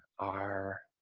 our